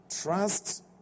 trust